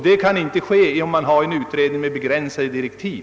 Detta kan inte ske inom en utredning som har begränsade direktiv.